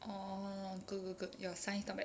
orh good good good your science not bad